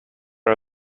are